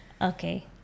Okay